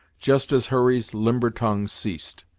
just as hurry's limber tongue ceased.